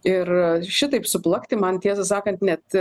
ir šitaip suplakti man tiesą sakant net